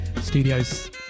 Studios